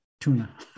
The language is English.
Tuna